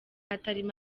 hatarimo